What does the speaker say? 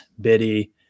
Biddy